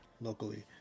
locally